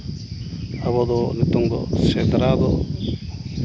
ᱟᱵᱚ ᱫᱚ ᱱᱤᱛᱚᱝ ᱫᱚ ᱥᱮᱸᱫᱽᱨᱟ ᱫᱚ